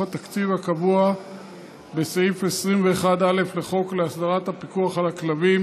התקציב הקבוע בסעיף 21א לחוק להסדרת הפיקוח על כלבים,